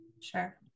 Sure